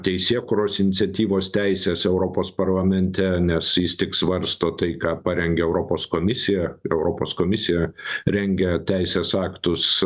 teisėkūros iniciatyvos teisės europos parlamente nes jis tik svarsto tai ką parengia europos komisija europos komisija rengia teisės aktus